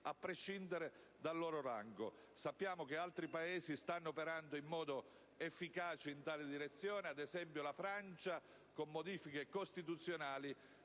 a prescindere dal loro rango». Sappiamo che altri Paesi stanno operando in modo efficace in tale direzione, ad esempio la Francia, con modifiche costituzionali,